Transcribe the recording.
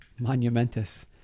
monumentous